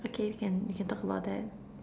okay we can we can talk about that